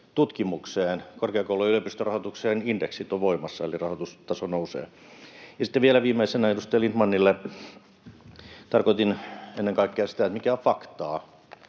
tutkimukseen. Korkeakoulu- ja yliopistorahoitukseen indeksit ovat voimassa, eli rahoitustaso nousee. Ja sitten vielä viimeisenä edustaja Lindtmanille: Tarkoitin ennen kaikkea sitä, mikä on faktaa.